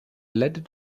led